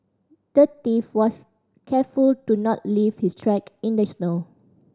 the thief was careful to not leave his track in the snow